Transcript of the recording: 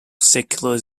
secular